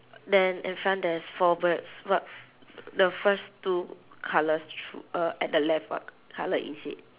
then in front there's four birds what f~ the first two colours thr~ uh at the left what colour is it